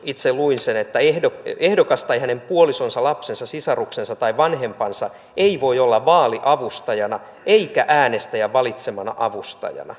itse luin sen että ehdokas tai hänen puolisonsa lapsensa sisaruksensa tai vanhempansa ei voi olla vaaliavustajana eikä äänestäjän valitsemana avustajana